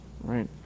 right